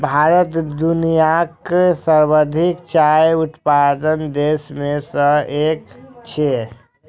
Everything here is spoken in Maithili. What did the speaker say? भारत दुनियाक सर्वाधिक चाय उत्पादक देश मे सं एक छियै